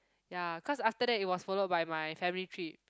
ya cause after that it was followed by my family trip